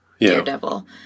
Daredevil